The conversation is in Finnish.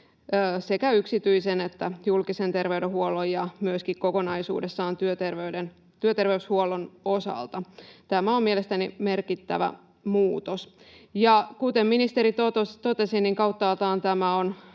sekä yksityisen että julkisen terveydenhuollon ja myöskin kokonaisuudessaan työterveyshuollon osalta. Tämä on mielestäni merkittävä muutos. Ja kuten ministeri totesi, niin kauttaaltaan tämä on